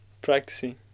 Practicing